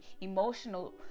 emotional